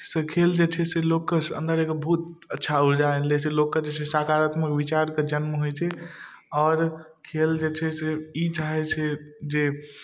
खेल जे छै से लोकके अन्दर एगो बहुत अच्छा उर्जा आनि दै छै लोकके जे छै से सकारात्मक विचारके जन्म होइ छै आओर खेल जे छै से ई चाहै छै जे